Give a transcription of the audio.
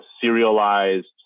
serialized